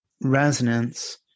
resonance